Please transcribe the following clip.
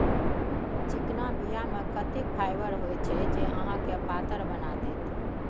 चिकना बीया मे एतेक फाइबर होइत छै जे अहाँके पातर बना देत